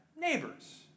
neighbors